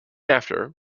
after